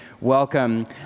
welcome